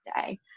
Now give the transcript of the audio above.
day